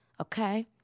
okay